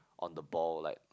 on the ball like